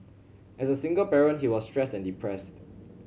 as a single parent he was stressed and depressed